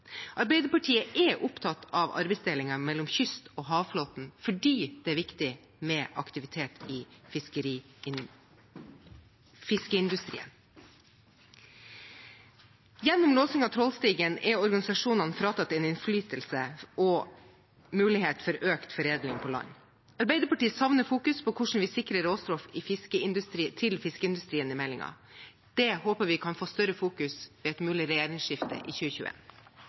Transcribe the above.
Arbeiderpartiet er opptatt av arbeidsdelingen mellom kyst- og havflåten fordi det er viktig med aktivitet i fiskeindustrien. Gjennom låsing av trålstigen er organisasjonene fratatt innflytelse, og man er fratatt muligheten for økt foredling på land. Arbeiderpartiet savner at meldingen fokuserer på hvordan vi sikrer råstoff til fiskeindustrien. Det håper vi kan få større oppmerksomhet ved et mulig regjeringsskifte i